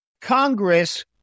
Congress